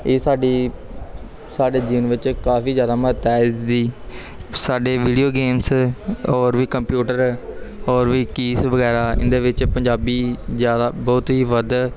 ਇਹ ਸਾਡੀ ਸਾਡੇ ਜਿਉਣ ਵਿੱਚ ਕਾਫ਼ੀ ਜ਼ਿਆਦਾ ਮਹੱਤਤਾ ਹੈ ਇਸਦੀ ਸਾਡੇ ਵੀਡੀਓ ਗੇਮਸ ਹੋਰ ਵੀ ਕੰਪਿਊਟਰ ਹੋਰ ਵੀ ਕੀਸ ਵਗੈਰਾ ਇਹਨਾਂ ਦੇ ਵਿੱਚ ਪੰਜਾਬੀ ਜ਼ਿਆਦਾ ਬਹੁਤ ਹੀ ਵੱਧ